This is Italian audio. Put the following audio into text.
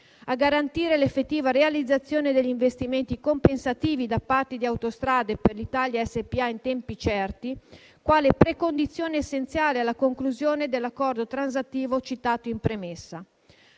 a garantire l'effettiva realizzazione degli investimenti compensativi da parte di Autostrade per l'Italia SpA in tempi certi, quale precondizione essenziale alla conclusione dell'accordo transattivo citato in premessa;